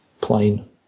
plain